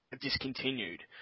discontinued